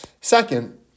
Second